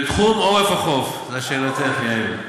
בתחום עורף החוף לשאלתך, יעל,